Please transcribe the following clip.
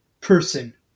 person